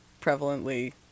prevalently